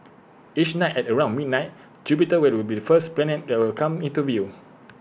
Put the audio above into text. each night at around midnight Jupiter will be the first planet that will come into view